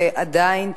ועדיין,